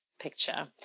picture